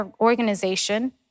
Organization